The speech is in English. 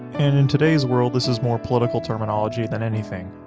and in today's world this is more political terminology than anything,